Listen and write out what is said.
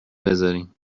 بذاریم